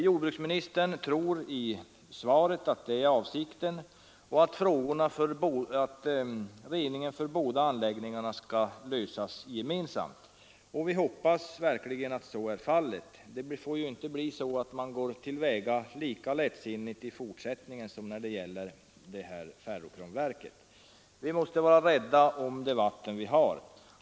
Jordbruksministern sade i svaret att han tror att detta är avsikten och att reningsproblemen skall lösas gemensamt för båda anläggningarna. Vi hoppas verkligen att så blir fallet. Det får inte bli så att man går lika lättsinnigt till väga i fortsättningen som man gjort när det gällt ferrokromverket. Vi måste vara rädda om de vatten vi har.